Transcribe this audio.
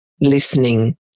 listening